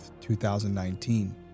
2019